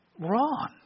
wrong